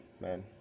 man